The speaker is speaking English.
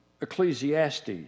Ecclesiastes